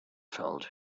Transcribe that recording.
felt